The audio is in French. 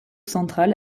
central